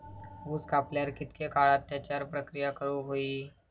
ऊस कापल्यार कितके काळात त्याच्यार प्रक्रिया करू होई?